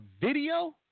video